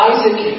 Isaac